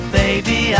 baby